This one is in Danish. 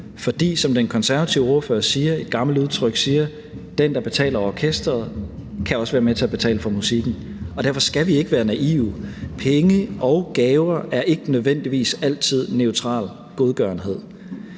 fordi, som den konservative ordfører siger og et gammelt udtryk siger: Den, der betaler orkestret, kan også være med til at betale for musikken . Derfor skal vi ikke være naive. Penge og gaver er ikke nødvendigvis altid neutral godgørenhed.